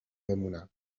بمونم